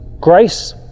grace